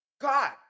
God